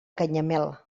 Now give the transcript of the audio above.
canyamel